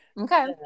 Okay